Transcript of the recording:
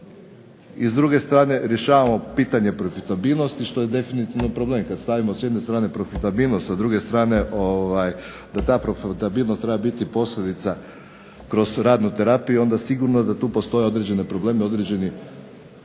i s druge strane rješavamo pitanje profitabilnosti što je definitivno problem. Kad stavimo s jedne strane profitabilnost, a s druge strane da ta profitabilnost treba biti posljedica kroz radnu terapiju onda sigurno da tu postoje određeni problemi, određeni problemi